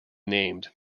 named